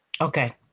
Okay